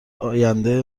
آینده